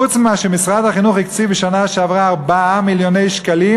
חוץ מזה שמשרד החינוך הקציב בשנה שעברה 4 מיליון שקלים